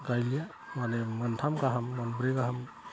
गायलिया माने मोनथाम गाहाम मोनब्रै गाहाम